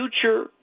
future